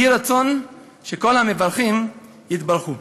יהי רצון שכל המברכים יתברכו.